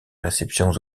réceptions